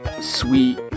sweet